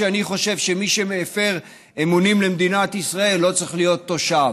אני חושב שמי שמפר אמונים למדינת ישראל לא צריך להיות תושב,